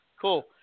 Cool